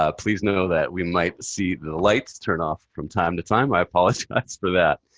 ah please know that we might see the lights turn off from time to time. i apologize for that.